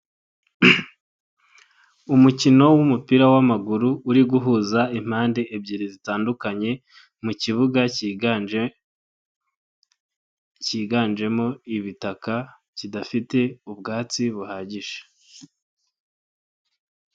Umukino w'umupira w'amaguru uri guhuza impande ebyiri zitandukanye, mu kibuga cyiganje cyiganjemo ibitaka kidafite ubwatsi buhagije.